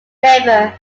river